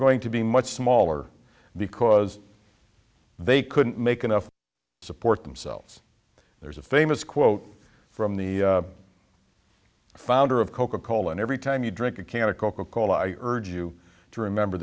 going to be much smaller because they couldn't make enough to support themselves there's a famous quote from the founder of coca cola and every time you drink a can of coca cola i urge you to remember